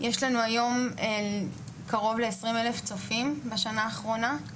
יש לנו היום קרוב ל-20,000 צופים בשנה האחרונה,